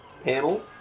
panel